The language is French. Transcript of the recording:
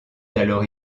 alors